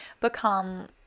become